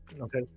Okay